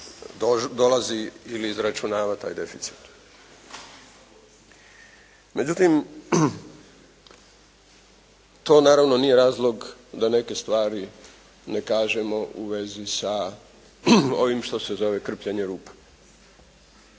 dolazi ili izračunava taj deficit. Međutim, to naravno nije razlog da neke stvari ne kažemo u vezi sa ovim što se zove krpljenjem rupa.